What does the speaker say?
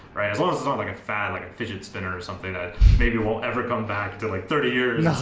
right? as long as it's not like a fad like a fidget spinner, or something that maybe won't ever come back to like thirty years.